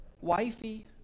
wifey